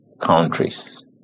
countries